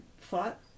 thought